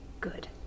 good